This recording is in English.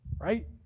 Right